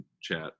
chat